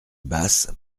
basse